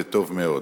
זה טוב מאוד.